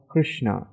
Krishna